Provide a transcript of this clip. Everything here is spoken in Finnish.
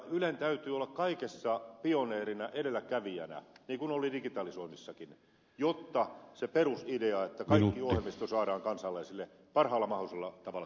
ylen täytyy olla kaikessa pioneerina edelläkävijänä niin kuin oli digitalisoinnissakin jotta se perusidea että kaikki ohjelmisto saadaan kansalaisille parhaalla mahdollisella tavalla toteutuu